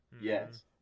Yes